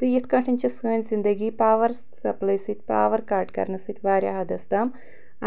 تہٕ یِتھ کٲٹھۍ چھِ سٲنۍ زندگی پاور سپلاے سۭتۍ پاور کٹ کرنہٕ سۭتۍ واریاہ حدس تام